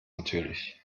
natürlich